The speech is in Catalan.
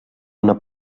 una